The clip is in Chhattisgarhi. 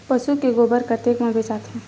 पशु के गोबर कतेक म बेचाथे?